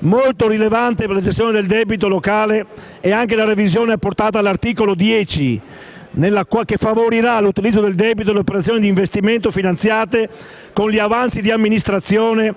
Molto rilevante per la gestione del debito locale è anche la revisione apportata all'articolo 10, che favorirà l'utilizzo del debito e le operazioni di investimento finanziate con gli avanzi di amministrazione